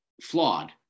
flawed